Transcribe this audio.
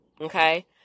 Okay